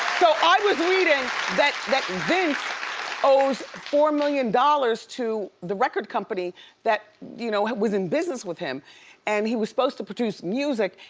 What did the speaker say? so i was reading that that vince owes four million dollars to the record company that you know was in business with him and he was supposed to produce music,